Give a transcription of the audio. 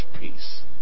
peace